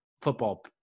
football